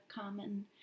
common